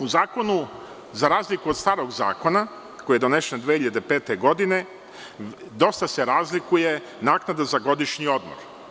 U zakonu, za razliku od starog Zakona koji je donesen 2005. godine, dosta se razlikuje naknada za godišnji odmor.